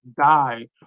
die